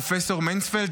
פרופ' מנספלד,